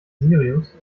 sirius